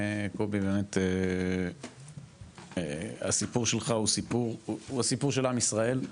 באמת הסיפור שלך הוא הסיפור של עם ישראל.